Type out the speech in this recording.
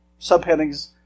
subheadings